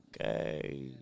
Okay